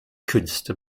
künste